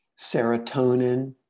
serotonin